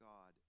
God